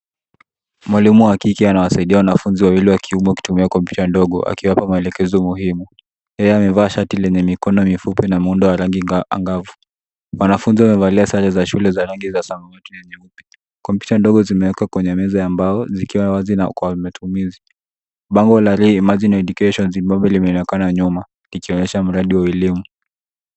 Mwalimu wa kike anawasaidia wanafunzi wawili wa kiume wakitumia kompyuta ndogo akiwapa maelekezo muhimu. Yeye amevaa shati lenye mikono mifupi na muundo wa rangi angavu. Wanafunzi wamevalia sare za shule za rangi za samawati na nyeupe. Kompyuta ndogo zimeekwa kwenye meza ya mbao zikiwa wazi na kwa matumizi. Bango la Ray Imagine Education zinaonekana nyuma ikionyesha mradi wa elimu.